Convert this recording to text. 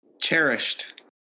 Cherished